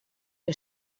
que